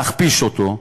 להכפיש אותו,